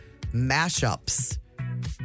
mashups